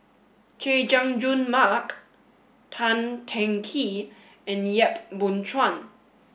Chay Jung Jun Mark Tan Teng Kee and Yap Boon Chuan